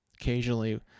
occasionally